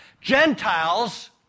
Gentiles